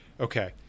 okay